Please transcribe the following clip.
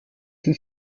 sie